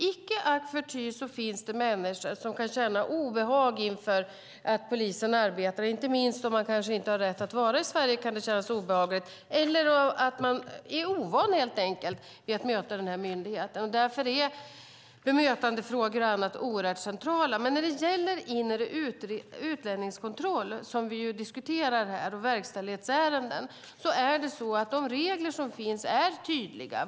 Icke förty finns det människor som kan känna obehag inför hur polisen arbetar. Inte minst om de inte har rätt att vistas i Sverige kan det kännas obehagligt, men det kan helt enkelt också vara fråga om ovana vid att möta någon från den myndigheten. Därför är bemötandefrågor oerhört centrala. Nu diskuterar vi inre utlänningskontroll och verkställighetsärenden. De regler som finns är tydliga.